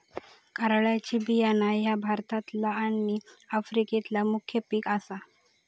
कारळ्याचे बियाणा ह्या भारतातला आणि आफ्रिकेतला मुख्य पिक आसा